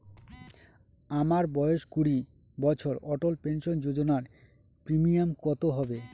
আমার বয়স কুড়ি বছর অটল পেনসন যোজনার প্রিমিয়াম কত হবে?